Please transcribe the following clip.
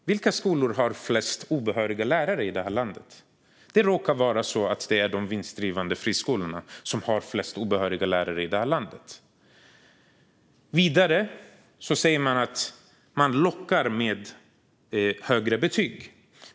Vilka skolor i landet har flest obehöriga lärare? Det råkar vara de vinstdrivande friskolorna som har flest obehöriga lärare. Vidare säger man att det lockas med högre betyg.